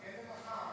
חכה למחר.